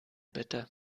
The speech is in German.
bitte